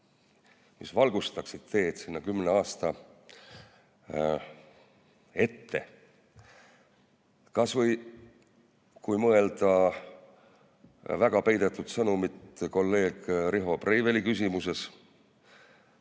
mis valgustaksid teed selleks kümneks aastaks. Kas või, kui mõelda väga peidetud sõnumit kolleeg Riho Breiveli küsimuses,